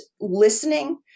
listening